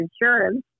insurance